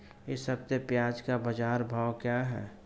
इस हफ्ते प्याज़ का बाज़ार भाव क्या है?